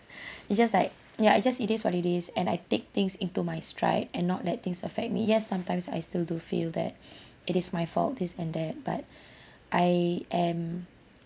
it's just like ya it's just it is what it is and I take things into my stride and not let things affect me yes sometimes I still do feel that it is my fault this and that but I am